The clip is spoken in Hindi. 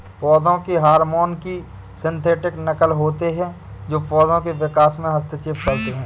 पौधों के हार्मोन की सिंथेटिक नक़ल होते है जो पोधो के विकास में हस्तक्षेप करते है